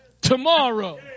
tomorrow